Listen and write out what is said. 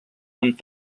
amb